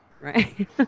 right